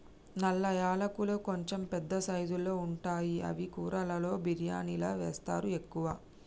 నల్ల యాలకులు కొంచెం పెద్ద సైజుల్లో ఉంటాయి అవి కూరలలో బిర్యానిలా వేస్తరు ఎక్కువ